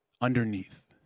underneath